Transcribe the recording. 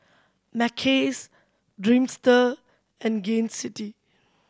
Mackays Dreamster and Gain City